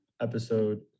episode